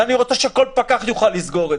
זה אני רוצה שכל פקח יוכל לסגור,